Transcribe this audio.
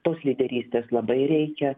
tos lyderystės labai reikia